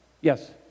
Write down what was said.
Yes